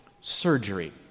surgery